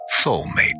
soulmate